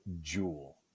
jewel